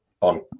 on